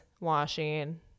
washing